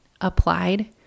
applied